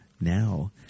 Now